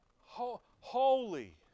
holy